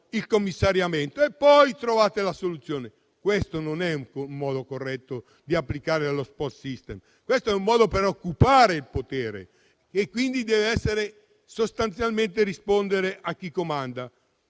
il commissariamento e poi trovate la soluzione. Ma questo non è un modo corretto di applicare lo *spoils system*. Questo è un modo per occupare il potere e, sostanzialmente, rispondere a chi comanda.